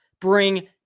bring